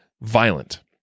violent